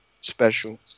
special